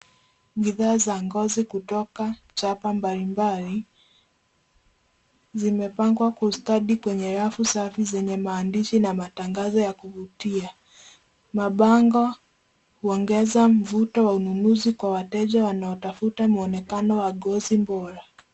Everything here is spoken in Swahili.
Bidhaa za ngozi kutoka chapa mbalimbali zimepangwa kwa ustadi kwenye rafu safi zenye maandishi na matangazo ya kuvutia. Mabango huongeza mvuto wa ununuzi kwa wateja wanaotafuta mwonekano wa ngozi bora.